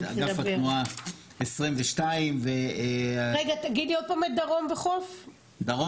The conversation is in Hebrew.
אגף התנועה 22. אנחנו